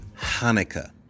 Hanukkah